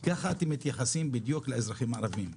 ככה אתם מתייחסים בדיוק לאזרחים הערביים.